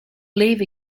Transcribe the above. leave